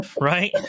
right